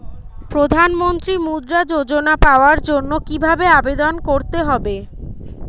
প্রধান মন্ত্রী মুদ্রা যোজনা পাওয়ার জন্য কিভাবে আবেদন করতে হবে?